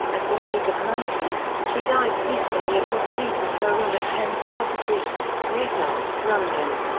at the age of ninety, she died peacefully in her sleep in her room at ten south street, mayfair, london.